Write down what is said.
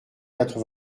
quatre